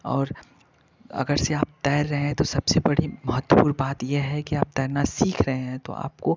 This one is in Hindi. और अगर जैसे आप तैर रहे हैं तो सबसे बड़ी महत्वपूर्ण बात यह है कि आप तैरना सीख रहे हैं तो आपको